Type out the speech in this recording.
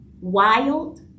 wild